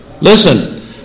Listen